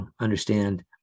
understand